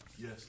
Yes